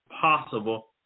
Possible